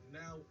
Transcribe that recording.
now